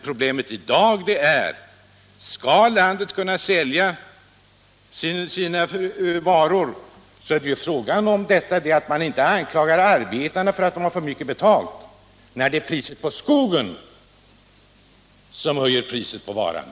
Problemet i dag är att man, när det inte går att sälja, anklagar arbetarna för att ta för mycket betalt. I stället är det priset på skogen som höjer priset på varan.